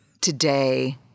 today